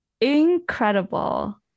incredible